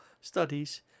studies